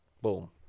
Boom